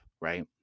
right